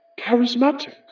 charismatic